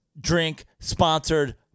drink-sponsored